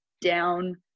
down